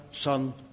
Son